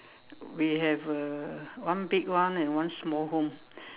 we have a one big one and one small home